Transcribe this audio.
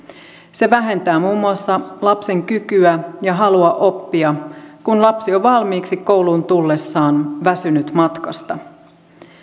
se vähentää muun muassa lapsen kykyä ja halua oppia kun lapsi on valmiiksi kouluun tullessaan väsynyt matkasta